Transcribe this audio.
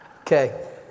Okay